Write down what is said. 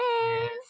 yes